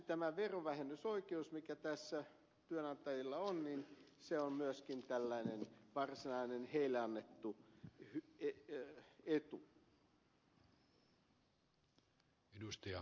tämä verovähennysoikeus mikä tässä työnantajilla on on myöskin tällainen varsinainen heille annettu etu